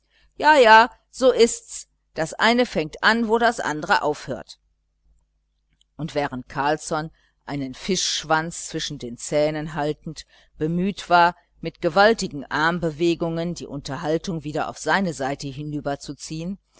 loszulegen ja so ists das eine fängt an wo das andere aufhört und während carlsson einen fischschwanz zwischen den zähnen haltend bemüht war mit gewaltigen armbewegungen die unterhaltung wieder auf seine seite hinüberzuziehen